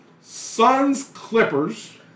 Suns-Clippers